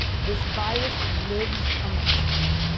this virus lives amongst us.